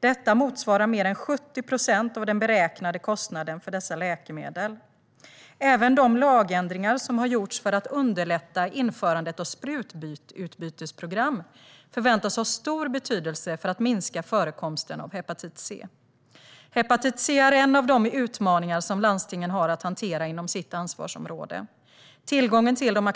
Detta motsvarar mer än 70 procent av den beräknade kostnaden för dessa läkemedel. Även de lagändringar som har gjorts för att underlätta införandet av sprututbytesprogram förväntas ha stor betydelse för att minska förekomsten av hepatit C. Hepatit C är en av de utmaningar som landstingen har att hantera inom sitt ansvarsområde. Tillgången till de